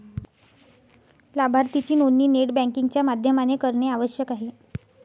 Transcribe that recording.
लाभार्थीची नोंदणी net banking च्या माध्यमाने करणे आवश्यक आहे